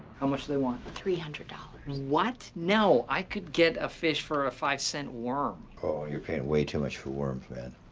how much do they want three hundred dollars what? no, i could get a fish for a five-cent worm. oh, you're paying way too much for worms, man.